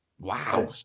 Wow